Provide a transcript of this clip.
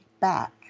back